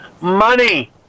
money